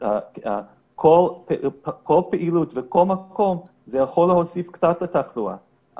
כל פעילות וכל מקום יכולים להוסיף קצת לתחלואה,